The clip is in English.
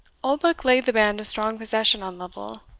oldbuck laid the band of strong possession on lovel